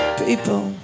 people